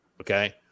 okay